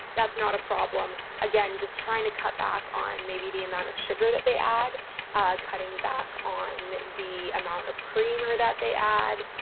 that's not a problem. again, just trying to cut back on maybe the amount of sugar that they add cutting back on the amount of cream or that they add,